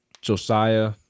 Josiah